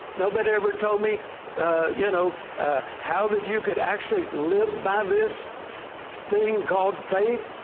nobody ever told me you know how that you could actually live by this thing called faith.